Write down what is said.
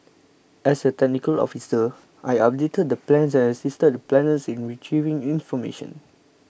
as a technical officer I updated plans and assisted the planners in retrieving information